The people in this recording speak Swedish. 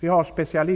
Vi har resonemanget om